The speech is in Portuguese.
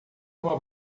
uma